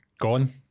gone